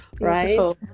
right